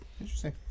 interesting